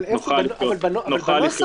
בנוסח